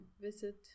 visit